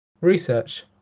research